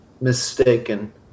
mistaken